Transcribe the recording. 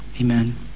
Amen